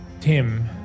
Tim